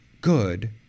good